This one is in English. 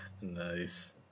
Nice